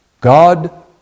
God